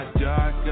dark